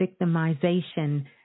victimization